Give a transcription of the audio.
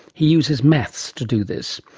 he uses maths to do this.